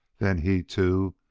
then he, too,